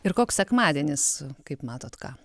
ir koks sekmadienis kaip matot ką